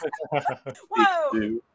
Whoa